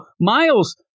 Miles